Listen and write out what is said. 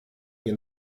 nie